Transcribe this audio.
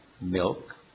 milk